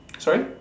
sorry